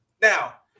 Now